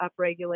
upregulate